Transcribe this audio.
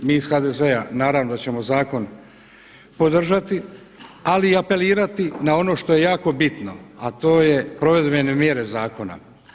Mi iz HDZ-a naravno da ćemo zakon podržati ali i apelirati na ono što je jako bitno, a to je provedbene mjere zakona.